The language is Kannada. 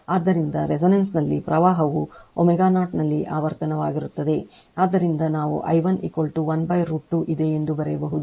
ಆದ್ದರಿಂದ resonance ನಲ್ಲಿ ಪ್ರವಾಹವು ω0 ನಲ್ಲಿ ಆವರ್ತನವಾಗಿರುತ್ತದೆ ಆದ್ದರಿಂದ ನಾವು I 1 1 √ 2 ಇದೆ ಎಂದು ಬರೆಯಬಹುದು